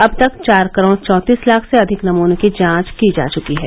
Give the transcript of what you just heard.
अब तक चार करोड़ चौंतीस लाख से अधिक नमूनों की जांच की जा चुकी है